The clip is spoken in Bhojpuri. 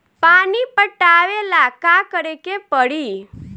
पानी पटावेला का करे के परी?